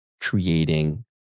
creating